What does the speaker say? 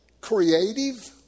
creative